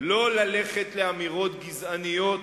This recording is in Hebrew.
לא ללכת לאמירות גזעניות,